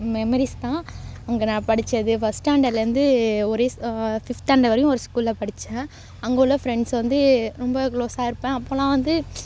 memories தான் அங்கே நான் படித்தது ஃபஸ்ட் ஸ்டாண்டர்ட்லேருந்து ஒரே ஃபிஃப்த் ஸ்டாண்டர்ட் வரையும் ஒரு ஸ்கூலில் படித்தேன் அங்கே உள்ள ஃப்ரெண்ட்ஸ் வந்து ரொம்ப க்ளோஸாக இருப்பேன் அப்போல்லாம் வந்து